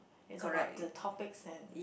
is about the topics and